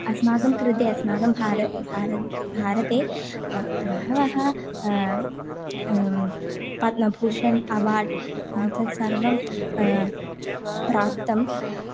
अस्माकं कृते अस्माकं भारः भारतं भारते बहवः पद्मभूषण अवार्ड् एतत्सर्वं प्राप्तं